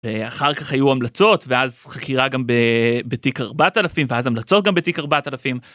אחר כך היו המלצות ואז חקירה גם בתיק 4000 ואז המלצות גם בתיק 4000.